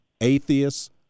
atheists